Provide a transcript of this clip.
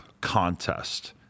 contest